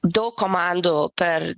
daug komandų per